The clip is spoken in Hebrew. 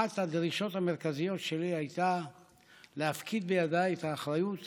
אחת הדרישות המרכזיות שלי הייתה להפקיד בידיי את האחריות